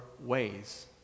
ways